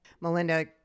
Melinda